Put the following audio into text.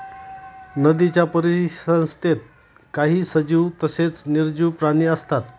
नदीच्या परिसंस्थेत काही सजीव तसेच निर्जीव प्राणी असतात